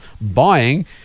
buying